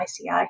ICI